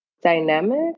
dynamic